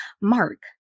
Mark